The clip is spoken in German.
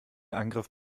angriff